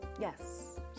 Yes